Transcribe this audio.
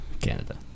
Canada